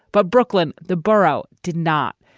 but brooklyn, the borough did not.